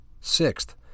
Sixth